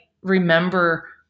remember